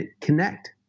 connect